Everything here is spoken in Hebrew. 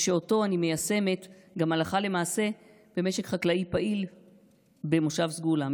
ושאותו אני מיישמת גם הלכה למעשה במשק חקלאי פעיל במושב סגולה,